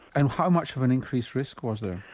and how much of an increased risk was there?